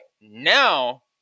now